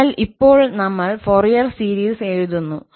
അതിനാൽ ഇപ്പോൾ നമ്മൾ ഫോറിയർ സീരീസ് എഴുതുന്നു